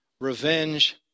revenge